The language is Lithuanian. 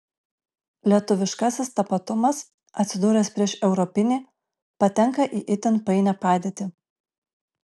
lietuviškasis tapatumas atsidūręs prieš europinį patenka į itin painią padėtį